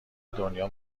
دنیا